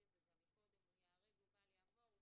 את זה גם קודם הוא ייהרג ובל יעבור.